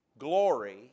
Glory